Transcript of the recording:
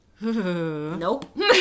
Nope